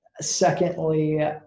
secondly